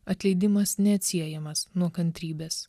atleidimas neatsiejamas nuo kantrybės